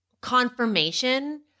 confirmation